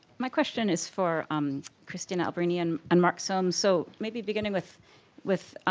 my question is for um cristina alberini and and mark solms. so maybe beginning with with